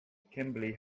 kimberly